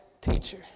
Teacher